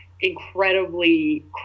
incredibly